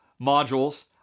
modules